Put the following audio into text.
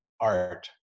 art